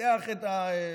פותח את השידורים,